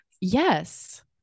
Yes